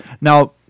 now